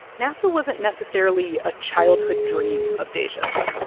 nasa wasn't necessarily a childhood dream of dajae's.